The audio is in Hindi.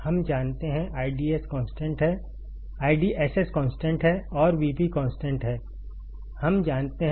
हम जानते हैं कि IDSS कॉन्स्टेंट है और Vp कॉन्स्टेंट है हम जानते हैं